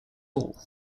all